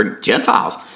Gentiles